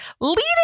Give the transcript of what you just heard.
Leading